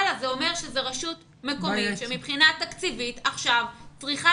זה אומר שזאת רשות מקומית שמבחינה תקציבית עכשיו צריכה